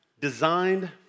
Designed